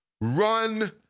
Run